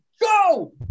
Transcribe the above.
Go